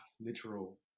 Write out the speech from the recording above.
literal